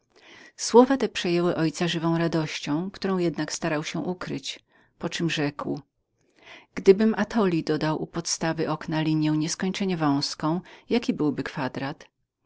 słowa te przejęły żywą radością mego ojca którą jednak potrafił ukryć po czem rzekł gdybym atoli dodał u dołu liniję nieskończenie małą jaki byłby kwadrat